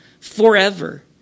forever